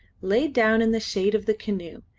laid down in the shade of the canoe,